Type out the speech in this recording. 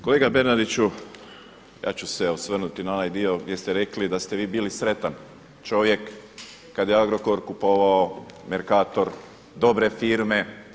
Kolega Bernardiću, ja ću se osvrnuti na ona dio gdje ste rekli da ste vi bili sretan čovjek kada je Agrokor kupovao Mercator, dobre firme.